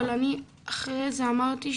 אבל אני אחרי זה אמרתי,